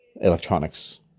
electronics